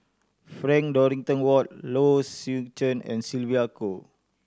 Frank Dorrington Ward Low Swee Chen and Sylvia Kho